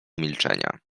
milczenia